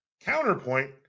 Counterpoint